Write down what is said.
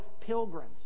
pilgrims